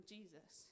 Jesus